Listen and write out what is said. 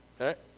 Okay